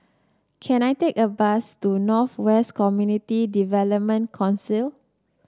can I take a bus to North West Community Development Council